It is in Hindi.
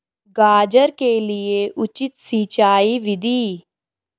गाजर के लिए उचित सिंचाई विधि?